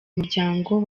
muryango